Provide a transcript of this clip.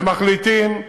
ומחליטים,